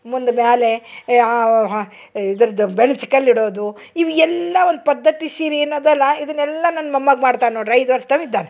ಮುಂದೆ ಮ್ಯಾಲೆ ಇದರ್ದ್ ಬೆಣ್ಚ ಕಲ್ಲು ಇಡೋದು ಇವು ಎಲ್ಲ ಒಂದು ಪದ್ಧತಿ ಸೀರ್ ಏನದಲ್ಲ ಇದನೆಲ್ಲ ನನ್ನ ಮೊಮ್ಮಗ ಮಾಡ್ತನೆ ನೋಡ್ರ ಐದು ವರ್ಷ್ದವು ಇದ್ದಾನೆ